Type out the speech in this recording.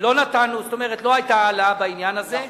לא היתה העלאה בעניין הזה.